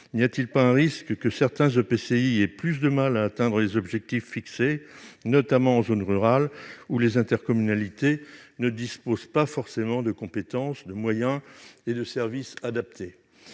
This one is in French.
N'y a-t-il pas un risque que certains EPCI aient plus de mal à atteindre les objectifs fixés, notamment en zone rurale, où les intercommunalités ne disposent pas forcément de compétences, de moyens et de services adaptés ?